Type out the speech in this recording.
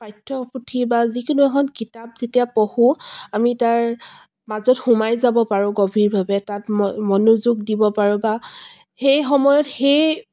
পাঠ্যপুথি বা যিকোনো এখন কিতাপ যেতিয়া পঢ়োঁ আমি তাৰ মাজত সোমাই যাব পাৰোঁ গভীৰভাৱে তাত ম মনোযোগ দিব পাৰোঁ বা সেই সময়ত সেই